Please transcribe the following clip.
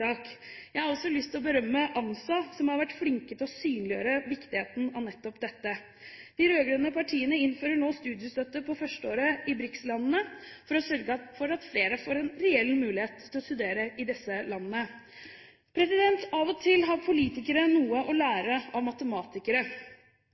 Jeg har også lyst til å berømme ANSA, som har vært flinke til å synliggjøre viktigheten av nettopp dette. De rød-grønne partiene innfører nå studiestøtte på førsteåret i BRIC-landene for å sørge for at flere får en reell mulighet til å studere i disse landene. Av og til har politikere noe å